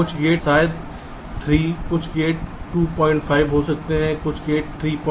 कुछ गेट शायद 3 कुछ गेट 25 हो सकते हैं कुछ गेट शायद 38